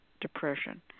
depression